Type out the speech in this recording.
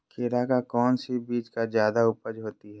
खीरा का कौन सी बीज का जयादा उपज होती है?